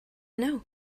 know